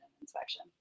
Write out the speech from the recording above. inspection